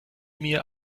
mir